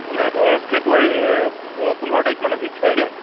নহ'লে তোৰ ফেবুৱাৰীৰ পো পোন্ধৰ তাৰিখ মানে ফিক্স কৰি দে